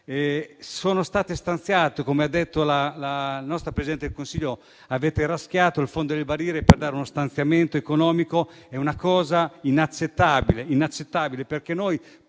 completamente vuoti. Come ha detto la nostra Presidente del Consiglio, avete raschiato il fondo del barile per dare uno stanziamento economico ed è una cosa inaccettabile, perché proprio